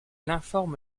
informe